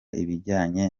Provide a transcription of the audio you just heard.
ibijyanye